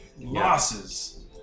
Losses